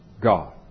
God